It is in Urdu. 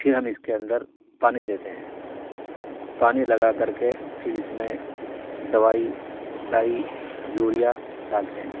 پھر ہم اس کے اندر پانی دیتے ہیں پانی لگا کر کے پھر اس میں دوائی ڈائی یوریا ڈالتے ہیں